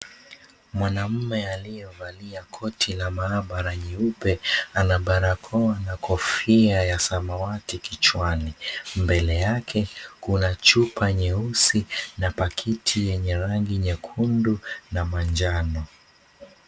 Mwanaume aliyevalia koti na maabara nyeupe ana barakoa na kofia ya samawati kichwani. Mbele yake kuna chupa nyeusi na pakiti yenye rangi nyekundu na manjano.